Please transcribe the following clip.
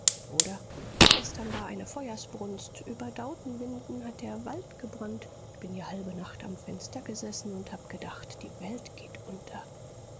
oder gestern war eine feuersbrunst über dautenwinden hat der wald gebrannt ich bin die halbe nacht am fenster gesessen und hab gedacht die welt geht unter